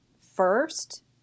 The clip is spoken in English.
first